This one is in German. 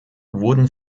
wurden